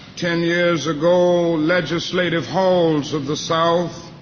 ten years ago, legislative halls of the south